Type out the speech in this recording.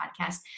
podcast